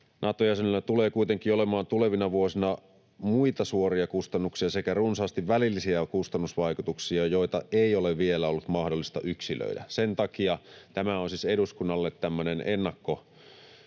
Nato-jäsenyydellä tulee kuitenkin olemaan tulevina vuosina muita suoria kustannuksia sekä runsaasti välillisiä kustannusvaikutuksia, joita ei ole vielä ollut mahdollista yksilöidä. Sen takia tämä on siis eduskunnalle myös